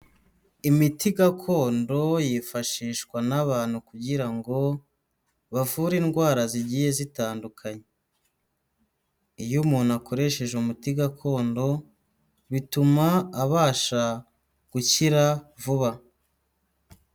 Imiti gakondo yifashishwa n'abantu kugira ngo bavure indwara zigiye zitandukanye, iyo umuntu akoresheje umuti gakondo bituma abasha gukira vuba.